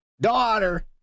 daughter